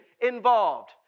involved